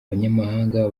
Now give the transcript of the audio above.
abanyamahanga